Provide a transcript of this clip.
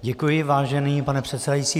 Děkuji, vážený pane předsedající.